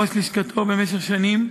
ראש לשכתו במשך שנים.